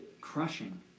crushing